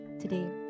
today